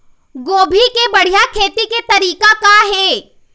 गोभी के बढ़िया खेती के तरीका का हे?